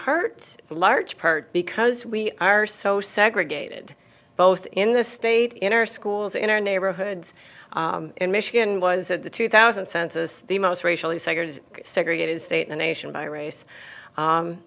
part a large part because we are so segregated both in the state in our schools in our neighborhoods in michigan was at the two thousand census the most racially segregated segregated state the nation by race